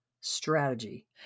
strategy